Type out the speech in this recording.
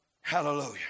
hallelujah